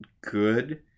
good